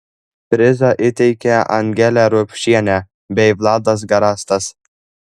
prizą įteikė angelė rupšienė bei vladas garastas